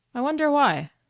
i wonder why?